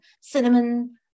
Cinnamon